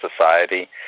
society